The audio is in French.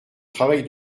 travail